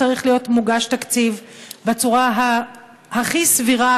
צריך להיות מוגש תקציב בצורה הכי סבירה,